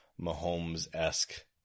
Mahomes-esque